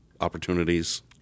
opportunities